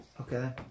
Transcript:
Okay